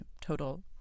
total